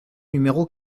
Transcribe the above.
numéro